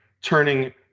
turning